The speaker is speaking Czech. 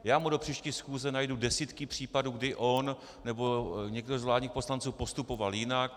Do příští schůze mu najdu desítky případů, kdy on nebo někdo z vládních poslanců postupoval jinak.